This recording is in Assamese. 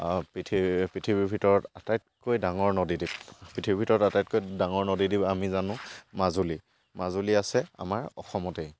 পৃথিৱীৰ পৃথিৱীৰ ভিতৰত আটাইতকৈ ডাঙৰ নদী দ্বীপ পৃথিৱীৰ ভিতৰত আটাইতকৈ ডাঙৰ নদী দ্বীপ আমি জানো মাজুলী মাজুলী আছে আমাৰ অসমতেই